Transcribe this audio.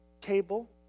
table